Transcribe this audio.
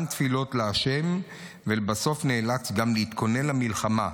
גם תפילות לה' ולבסוף נאלץ גם להתכונן למלחמה,